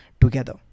together